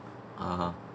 ah ah